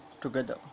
together